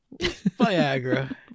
Viagra